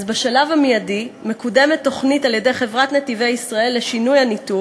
אז בשלב המיידי מקודמת תוכנית על-ידי חברת "נתיבי ישראל" לשינוי הניתוב,